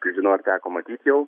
kas žino ar teko matyt jau